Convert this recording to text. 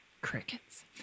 Crickets